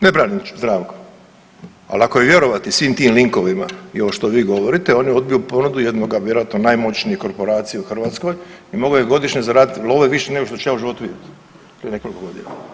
Ne branim Zdravka, al ako je vjerovati svim tim linkovima i ovo što vi govorite, on je odbio ponudu jednoga vjerojatno najmoćnije korporacije u Hrvatskoj i mogao je godišnje zaraditi love više nego što ću ja u životu vidjet, prije nekoliko godina.